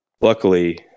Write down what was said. luckily